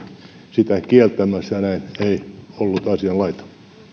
sitä kieltämässä näin ei ollut asianlaita